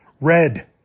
red